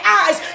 eyes